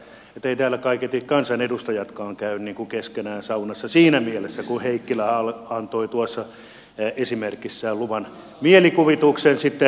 eivät täällä kaiketi kansanedustajatkaan käy keskenään saunassa siinä mielessä kuin heikkilä antoi tuossa esimerkissään luvan mielikuvituksen laukata